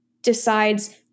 decides